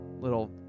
Little